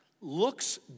looks